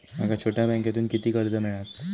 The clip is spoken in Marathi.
माका छोट्या बँकेतून किती कर्ज मिळात?